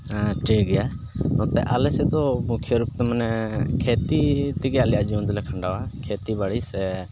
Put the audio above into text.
ᱦᱮᱸ ᱴᱷᱤᱠ ᱜᱮᱭᱟ ᱱᱚᱛᱮ ᱟᱞᱮ ᱥᱮᱫ ᱫᱚ ᱢᱩᱠᱷᱭᱟᱹ ᱨᱩᱯ ᱛᱮ ᱢᱟᱱᱮ ᱠᱷᱮᱛᱤ ᱛᱮᱜᱮ ᱟᱞᱮᱭᱟᱜ ᱡᱤᱭᱚᱱ ᱫᱚᱞᱮ ᱠᱷᱟᱸᱰᱟᱣᱟ ᱠᱷᱮᱛᱤ ᱵᱟᱹᱲᱤ ᱥᱮ